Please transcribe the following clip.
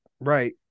right